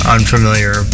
Unfamiliar